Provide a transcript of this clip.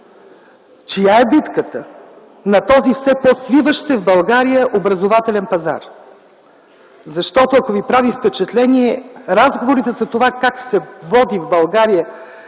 Чия е битката на този все по-свиващ се в България образователен пазар? Защото ако ви прави впечатление, разговорите за това как се води в България